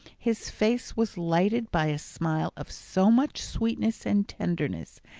his face was lighted by a smile of so much sweetness and tenderness,